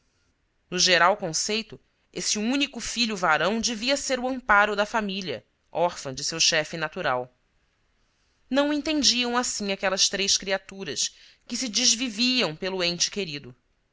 no geral conceito esse único filho varão devia ser o amparo da família órfã de seu chefe natural não o entendiam assim aquelas três criaturas que se desviviam pelo ente querido